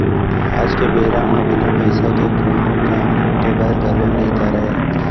आज के बेरा म बिना पइसा के कोनों काम निपटे बर घलौ नइ धरय